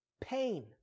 pain